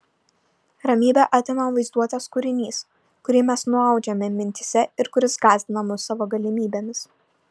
ramybę atima vaizduotės kūrinys kurį mes nuaudžiame mintyse ir kuris gąsdina mus savo galimybėmis